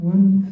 One